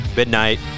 Midnight